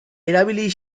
erabili